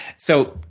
so,